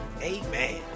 Amen